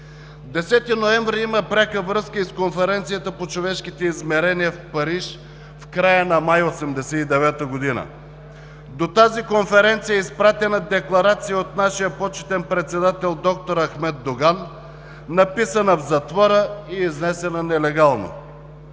ноември има пряка връзка и с Конференцията по човешките измерения в Париж в края на май 1989 г. До тази Конференция е изпратена Декларация от нашия почетен председател д-р Ахмед Доган, написана в затвора и изнесена нелегално.